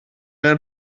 angen